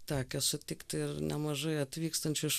tekę sutikti ir nemažai atvykstančių iš